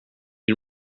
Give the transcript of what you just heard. can